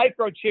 microchip